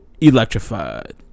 Electrified